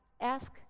ask